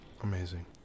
amazing